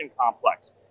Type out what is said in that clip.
complex